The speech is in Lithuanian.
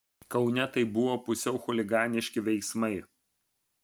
kaune tai buvo pusiau chuliganiški veiksmai